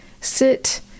sit